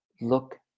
look